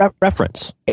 Reference